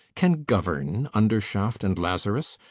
can govern undershaft and lazarus?